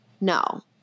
no